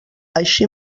així